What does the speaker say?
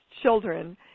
children